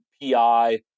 PI